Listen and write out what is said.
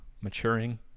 maturing